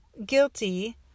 guilty